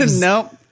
Nope